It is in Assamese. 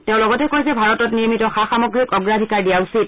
তেওঁ লগতে কয় যে ভাৰতত নিৰ্মিত সা সামগ্ৰীক অগ্ৰাধিকাৰ দিয়া উচিত